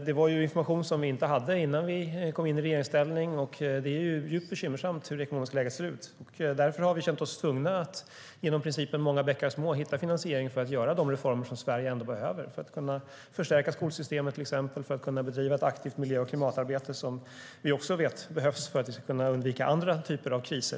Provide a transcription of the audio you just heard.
Det var information vi inte hade innan vi kom i regeringsställning, och det är djupt bekymmersamt hur det ekonomiska läget ser ut. Vi har därför känt oss tvungna att genom principen många bäckar små hitta finansiering för att göra de reformer Sverige behöver för att kunna säkra till exempel skolsystemet och bedriva ett aktivt miljö och klimatarbete som vi vet behövs för att vi ska kunna undvika andra typer av kriser.